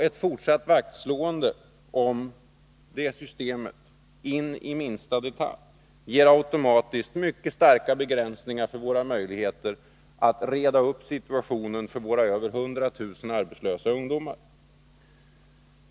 Ett fortsatt vaktslående om detta in i minsta detalj ger automatiskt mycket starka begränsningar för möjligheterna att reda upp situationen för våra över 100 000 arbetslösa ungdomar.